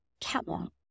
catwalk